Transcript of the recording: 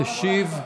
תשיב,